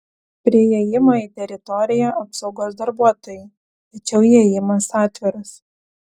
prie įėjimo į teritoriją apsaugos darbuotojai tačiau įėjimas atviras